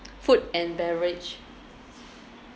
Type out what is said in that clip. food and beverage